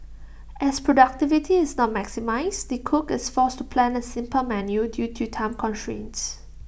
as productivity is not maximised the cook is forced to plan A simple menu due to time constraints